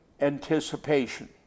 anticipation